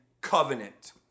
covenant